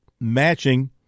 matching